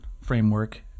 framework